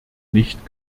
nicht